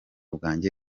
bwanjye